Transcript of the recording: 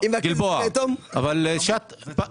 האם ה-190,000,